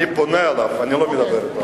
אני פונה אליו, אני לא מדבר אתו.